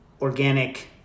organic